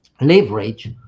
leverage